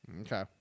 Okay